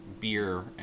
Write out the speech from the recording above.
beer